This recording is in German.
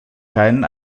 keinen